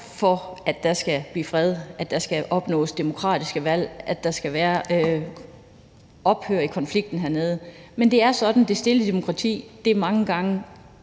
for, at der skal blive fred, at der skal opnås demokratiske valg, at konflikten dernede skal bringes til ophør. Men det er sådan, at det stille demokrati mange gange